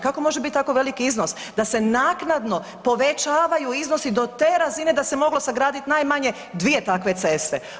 Kako može biti tako veliki iznos, da se naknadno povećavaju iznosi do te razine da se moglo sagraditi najmanje dvije takve ceste.